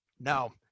No